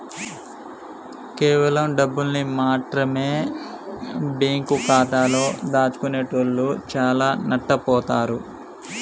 కేవలం డబ్బుల్ని మాత్రమె బ్యేంకు ఖాతాలో దాచుకునేటోల్లు చానా నట్టబోతారు